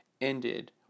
ended